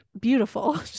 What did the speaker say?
beautiful